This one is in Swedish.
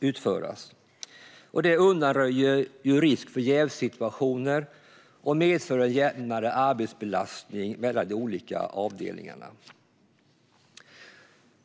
utföras. Det undanröjer risk för jävssituationer och medför en jämnare arbetsfördelning mellan de olika avdelningarna.